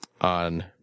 on